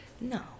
No